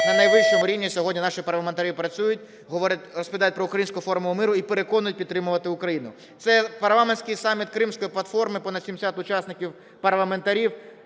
На найвищому рівні сьогодні наші парламентарі працюють, розповідають про українську Формулу миру і переконують підтримувати України. Це парламентський саміт Кримської платформи, понад 70 учасників парламентарів,